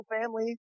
family